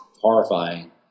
horrifying